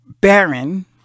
Baron